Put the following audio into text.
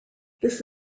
this